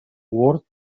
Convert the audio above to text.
word